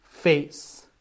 face